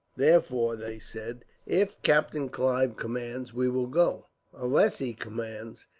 therefore they said if captain clive commands, we will go unless he commands,